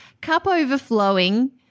cup-overflowing